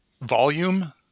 volume